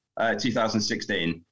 2016